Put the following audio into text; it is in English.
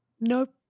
nope